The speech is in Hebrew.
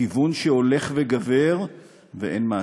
כיוון שהולך וגבר ואין מעצור.